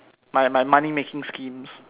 my my money making schemes